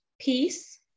peace